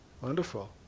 Wonderful